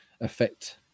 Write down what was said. affect